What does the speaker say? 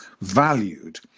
valued